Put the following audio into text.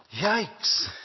Yikes